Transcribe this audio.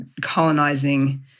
colonizing